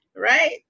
Right